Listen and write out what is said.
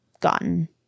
gotten